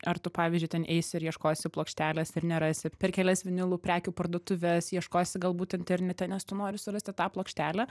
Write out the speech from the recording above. ar tu pavyzdžiui ten eisi ir ieškosi plokštelės ir nerasi per kelias vinilų prekių parduotuves ieškosi galbūt internete nes tu nori surasti tą plokštelę